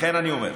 לכן אני אומר,